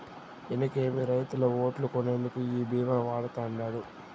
ఇనకేమి, రైతుల ఓట్లు కొనేందుకు ఈ భీమా వాడతండాడు